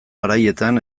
garaietan